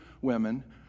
women